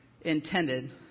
intended